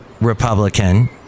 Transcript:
Republican